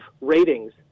ratings